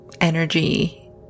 energy